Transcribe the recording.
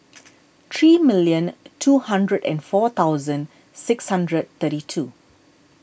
three million two hundred and four thousand six hundred thirty two